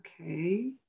Okay